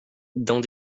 dans